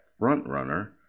frontrunner